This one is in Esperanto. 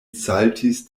saltis